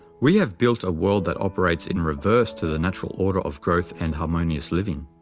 we have built a world that operates in reverse to the natural order of growth and harmonious living.